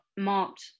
marked